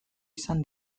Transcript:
izan